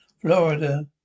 Florida